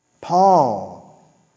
Paul